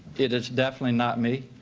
it is definitely not me.